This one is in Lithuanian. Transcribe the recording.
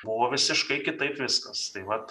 buvo visiškai kitaip viskas tai vat